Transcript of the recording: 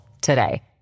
today